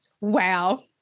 Wow